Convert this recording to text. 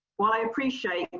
well, i appreciate and